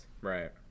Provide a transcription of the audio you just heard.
Right